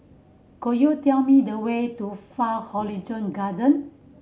could you tell me the way to Far Horizon Garden